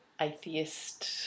atheist